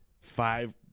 five